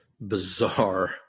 bizarre